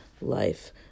life